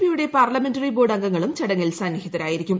പിയുടെ parliamentary board അംഗങ്ങളും ചടങ്ങിൽ സന്നിഹിതരായിരിക്കും